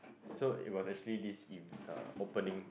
so it was actually this is a opening